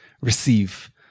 receive